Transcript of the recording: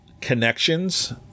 connections